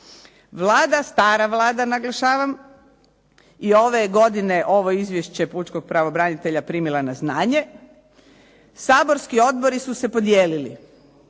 Vlada, stara Vlada naglašavam, je ove godine ovo izvješće pučkog pravobranitelja primila na znanje, saborski odbori su se podijelili.